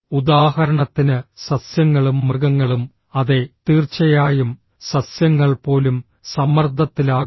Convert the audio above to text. ഉദാഹരണത്തിന് സസ്യങ്ങളും മൃഗങ്ങളും അതെ തീർച്ചയായും സസ്യങ്ങൾ പോലും സമ്മർദ്ദത്തിലാകുന്നു